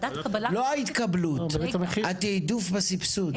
לא ההתקבלות, התיעדוף בסבסוד.